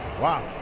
Wow